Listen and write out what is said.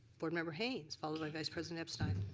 board member haynes followed by vice president epstein.